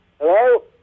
Hello